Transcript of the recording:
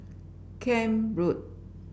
Camp Road